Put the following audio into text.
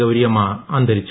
ഗൌരിയമ്മ അന്തരിച്ചു